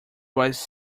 was